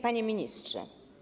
Panie Ministrze!